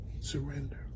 surrender